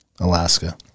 Alaska